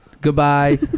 Goodbye